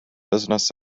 business